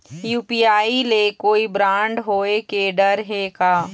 UPI ले कोई fraud होए के डर हे का?